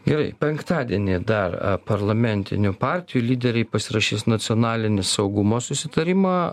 gerai penktadienį dar parlamentinių partijų lyderiai pasirašys nacionalinį saugumo susitarimą